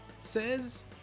says